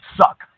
suck